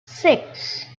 six